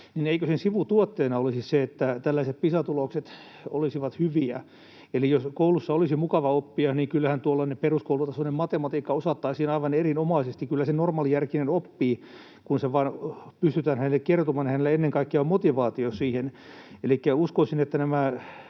niin eikö sen sivutuotteena olisi se, että tällaiset Pisa-tulokset olisivat hyviä? Eli jos koulussa olisi mukava oppia, niin kyllähän tuollainen peruskoulutasoinen matematiikka osattaisiin aivan erinomaisesti. Kyllä sen normaalijärkinen oppii, kun se vain pystytään hänelle kertomaan ja hänellä ennen kaikkea on motivaatio siihen. Elikkä uskoisin, että nämä